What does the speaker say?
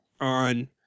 on